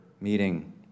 meeting